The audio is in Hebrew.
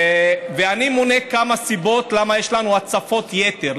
אני מונה כמה סיבות למה יש לנו הצפות יתר.